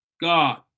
God